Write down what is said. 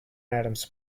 atoms